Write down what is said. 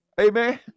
Amen